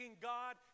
god